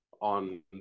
on